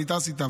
אני טס איתה,